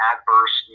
Adverse